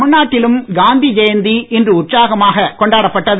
தமிழ்நாட்டிலும் காந்தி ஜெயந்தி இன்று உற்சாகமாக கொண்டாடப்பட்டது